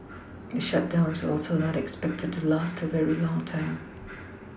the shutdown is also not expected to last a very long time